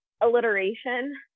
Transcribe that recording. alliteration